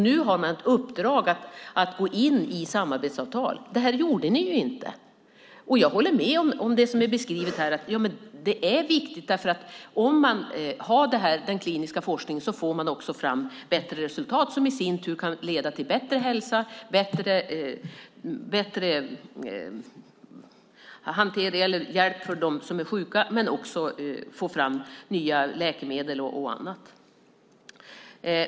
Nu har man ett uppdrag att gå in i samarbetsavtal. Det här gjorde ni inte. Jag håller med om att det är viktigt, för om man har den kliniska forskningen får man också fram bättre resultat som i sin tur kan leda till bättre hälsa och bättre hjälp för dem som är sjuka. Man kan också få fram nya läkemedel och annat.